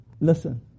Listen